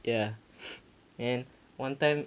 ya and then one time